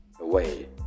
away